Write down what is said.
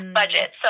budget